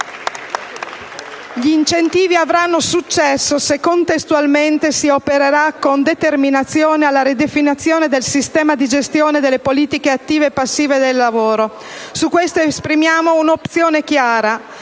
Gli incentivi avranno successo se, contestualmente, si opererà con determinazione alla ridefinizione del sistema di gestione delle politiche attive e passive del lavoro. Su questo esprimiamo un'opzione chiara: